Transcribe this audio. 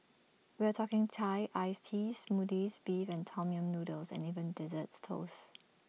we're talking Thai iced teas Smoothies Beef and Tom yam noodles and even desserts toasts